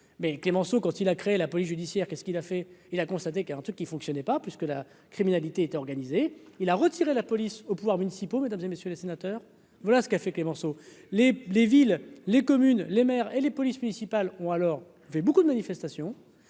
mais Clémenceau quand il a créé la police judiciaire qu'est-ce qu'il a fait, il a constaté qu'il y a un truc qui fonctionnait pas puisque la criminalité organisée, il a retiré la police aux pouvoirs municipaux mesdames et messieurs les sénateurs, voilà ce qu'a fait Clémenceau. Les les villes, les communes, les maires et les polices municipales ou alors vous avez beaucoup de manifestations,